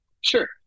Sure